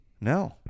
No